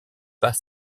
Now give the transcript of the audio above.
pas